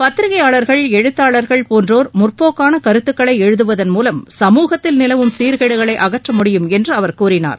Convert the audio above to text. பத்திரிகையாளர்கள் எழுத்தாளர்கள் போன்றோர் முற்போக்கான கருத்துக்களை எழுதுவதன் மூலம் சமூகத்தில் நிலவும் சீர்கேடுகளை அகற்ற முடியும் என்று அவர் கூறினார்